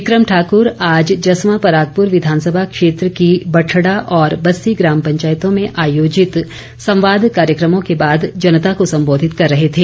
बिक्रम ठाकर आज जसवां परागपुर विधानसभा क्षेत्र के बठड़ा और बस्सी ग्राम पंचायतों में आयोजित संवाद कार्यक्रमों के बाद जनता को संबोधित कर रहे थे